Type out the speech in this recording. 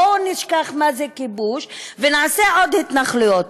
בואו נשכח מה זה כיבוש ונעשה עוד התנחלויות.